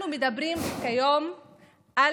אנחנו מדברים כיום על